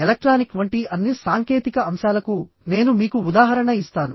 electronic వంటి అన్ని సాంకేతిక అంశాలకు నేను మీకు ఉదాహరణ ఇస్తాను